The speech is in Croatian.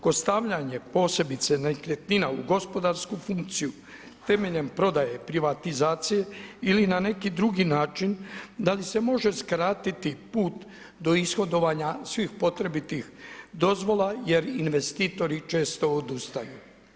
Kod stavljanje posebice nekretnina u gospodarsku funkciju temeljem prodaje privatizacije ili na neki drugi način da li se može skratiti put do ishodovanja svih potrebitih dozvola jer investitori često odustaju?